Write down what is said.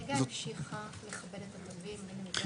מגה המשיכה לכבד את התווים --- מגה לא המשיכה לכבד את התווים.